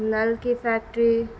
نلکی factory